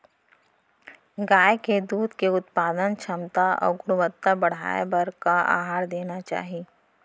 गाय के दूध के उत्पादन क्षमता अऊ गुणवत्ता बढ़ाये बर का आहार देना चाही?